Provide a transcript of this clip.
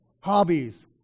hobbies